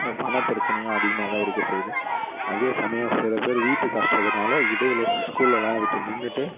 பணப்பிரச்சனையும் அதிகமாகதான் இருக்குது சைடு அதேசமயம் சில பேரு வீட்டு கஷ்டத்தினால இடையிலே ஸ்கூலெலாம் விட்டு நின்றுட்டு